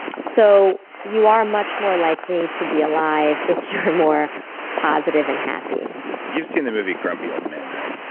so you are much more likely to be alive if you're more positive and happy you've seen the movie grumpy old men, right?